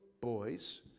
boys